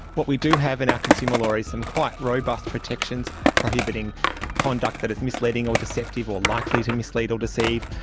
what we do have in our consumer law is some quite robust protections prohibiting conduct that is misleading or deceptive or likely to mislead or deceive.